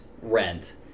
Rent